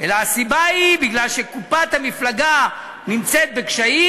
אלא הסיבה היא, מכיוון שקופת המפלגה נמצאת בקשיים,